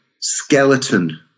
skeleton